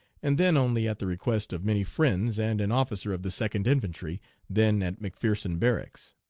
and then only at the request of many friends and an officer of the second infantry then at mcpherson barracks.